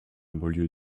banlieue